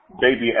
baby